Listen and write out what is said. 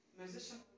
musician